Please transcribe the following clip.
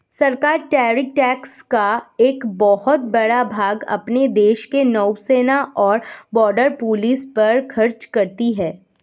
सरकार tariff tax का एक बहुत बड़ा भाग अपने देश के नौसेना और बॉर्डर पुलिस पर खर्च करती हैं